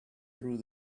through